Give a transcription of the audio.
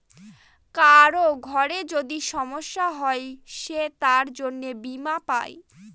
কারোর ঘরে যদি সমস্যা হয় সে তার জন্য বীমা পাই